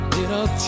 Little